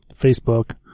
Facebook